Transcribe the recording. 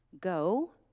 go